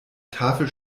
tafel